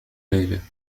ليلة